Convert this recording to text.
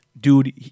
Dude